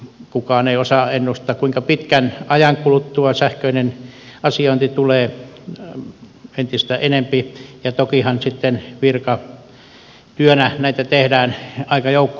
kukaan ei osaa ennustaa kuinka pitkän ajan kuluttua sähköinen asiointi tulee entistä enempi käyttöön ja tokihan sitten virkatyönä näitä tehdään aika joukko